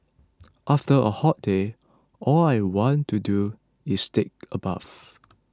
after a hot day all I want to do is take a bath